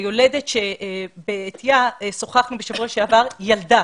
היולדת שבעטיה שוחחנו בשבוע שעבר, ילדה.